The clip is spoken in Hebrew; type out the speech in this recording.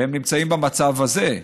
הם נמצאים במצב הזה.